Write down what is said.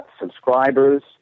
Subscribers